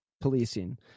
policing